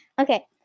Okay